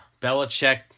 Belichick